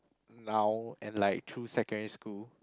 now and like through secondary school